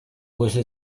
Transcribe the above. queste